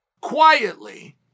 quietly